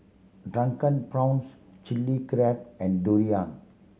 Drunken Prawns Chili Crab and durian